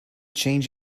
change